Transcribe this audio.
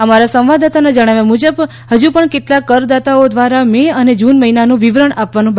અમારા સંવાદદાતાના જણાવ્યા મુજબ હજુ પણ કેટલાક કરદાતાઓ દ્વારા મે અને જૂન મહિનાનું વિવરણ આપવાનું બાકી છે